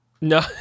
No